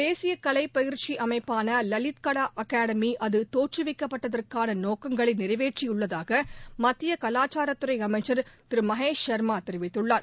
தேசிய கலை பயிற்சி அமைப்பான லலித்கலா அகாடமி அது தோற்றுவிக்கப்பட்டதற்கான நோக்கங்களை நிறைவேற்றியுள்ளதாக மத்திய கலாச்சாரத் துறை அமைச்சர் திரு மகேஷ் ஷாமா தெரிவத்துள்ளார்